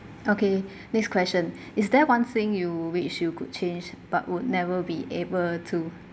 okay next question is there one thing you wish you could change but would never be able to